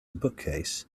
bookcase